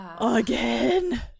again